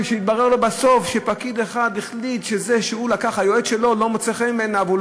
והתברר לו בסוף שפקיד אחד החליט שהיועץ שלו שהוא לקח לא מוצא חן בעיניו.